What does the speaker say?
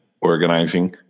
organizing